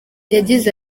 yagize